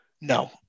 No